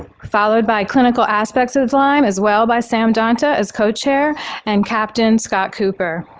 followed by clinical aspects of lyme as well by sam donta as co-chair and captain scott cooper.